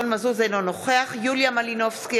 אינו נוכח יוליה מלינובסקי,